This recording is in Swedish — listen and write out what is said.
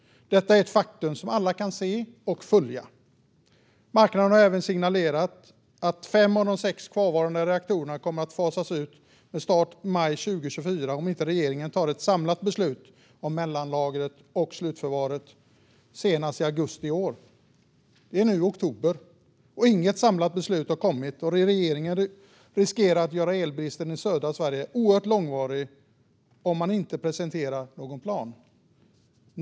Detta faktum kan alla se och följa. Marknaden signalerade även att fem av de sex kvarvarande reaktorerna skulle komma att fasas ut med start i maj 2024 om inte regeringen tog ett samlat beslut om mellanlagringen och slutförvaret senast i augusti i år. Det är nu oktober, och inget samlat beslut har kommit. Regeringen riskerar att göra elbristen i södra Sverige mycket långvarig om man inte presenterar någon plan.